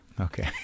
Okay